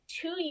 two